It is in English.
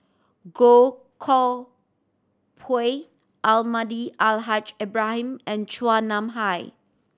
Goh Koh Pui Almahdi Al Haj Ibrahim and Chua Nam Hai